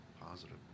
Positive